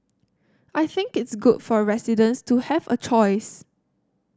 I think it's good for residents to have a choice